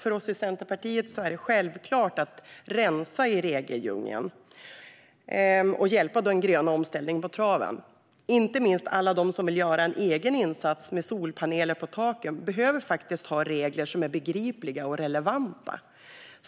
För oss i Centerpartiet är det självklart att rensa i regeldjungeln och hjälpa den gröna omställningen på traven. Inte minst alla de som vill göra en egen insats med solpaneler på taken behöver ha regler som är begripliga och relevanta.